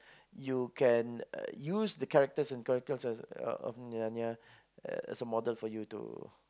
you can use the characters in Chronicles-of-Narnia as the model for you to